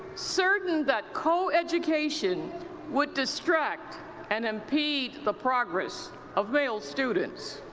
certain that co-education would distract and impede the progress of male students.